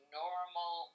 normal